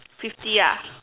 fifty ah